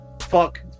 Fuck